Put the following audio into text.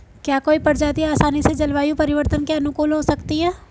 क्या कोई प्रजाति आसानी से जलवायु परिवर्तन के अनुकूल हो सकती है?